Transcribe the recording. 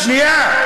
שנייה.